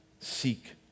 seek